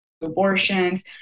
abortions